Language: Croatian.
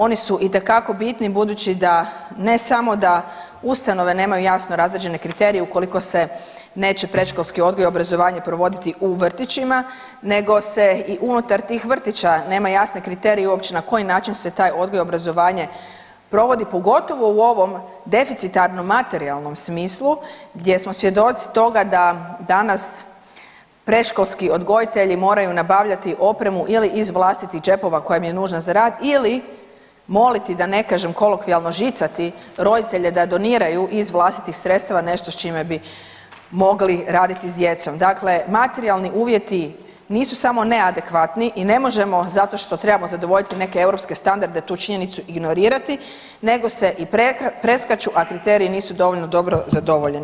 Oni su itekako bitni budući da ne samo da ustanove nemaju jasno razrađene kriterije ukoliko se neće predškolski odgoj i obrazovanje provoditi u vrtićima nego se i unutar tih vrtića nema jasne kriterije uopće na koji način se taj odgoj i obrazovanje provodi, pogotovo u ovom deficitarnom materijalnom smislu gdje smo svjedoci toga da danas predškolski odgojitelji moraju nabavljati opremu ili iz vlastitih džepova koja im je nužna za rad ili moliti da ne kažem kolokvijalno žicati roditelje da doniraju iz vlastitih sredstava nešto s čime bi mogli raditi s djecom, dakle materijalni uvjeti nisu samo neadekvatni i ne možemo zato što trebamo zadovoljiti neke europske standarde tu činjenicu ignorirati nego se i preskaču, a kriteriji nisu dovoljno dobro zadovoljeni.